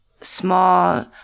small